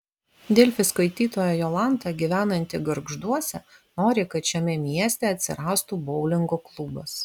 delfi skaitytoja jolanta gyvenanti gargžduose nori kad šiame mieste atsirastų boulingo klubas